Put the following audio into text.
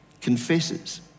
confesses